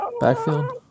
backfield